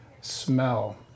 smell